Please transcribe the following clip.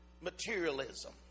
materialism